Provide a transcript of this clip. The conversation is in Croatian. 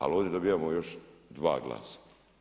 Ali ovdje dobivamo još dva glasa.